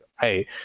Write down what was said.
hey